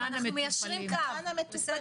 אתיות